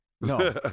No